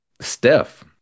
Steph